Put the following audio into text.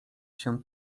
się